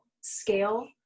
scale